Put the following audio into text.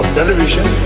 television